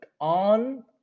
on